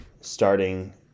starting